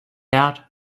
out